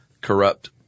corrupt